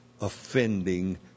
offending